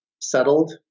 settled